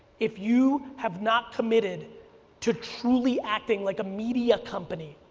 if you have not committed to truly acting like a media company,